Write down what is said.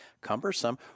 cumbersome